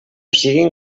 siguin